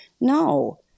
No